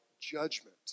judgment